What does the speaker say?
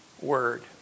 word